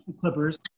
Clippers